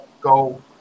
go